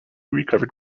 recovered